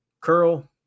curl